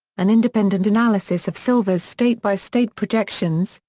an independent analysis of silver's state-by-state projections,